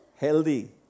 healthy